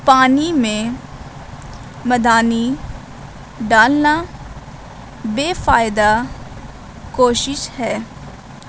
پانی میں مدانی ڈالنا بے فائدہ کوشش ہے